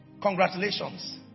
congratulations